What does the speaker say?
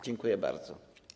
Dziękuję bardzo.